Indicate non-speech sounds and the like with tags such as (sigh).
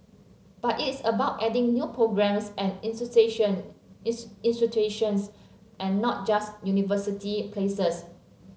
but it's about adding new programmes and (unintelligible) institutions and not just university places